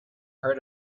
heard